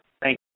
thank